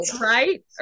right